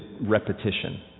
repetition